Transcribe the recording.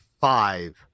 five